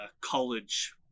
college